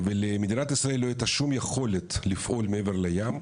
ולמדינת ישראל לא הייתה שום יכולת לפעול מעבר לים,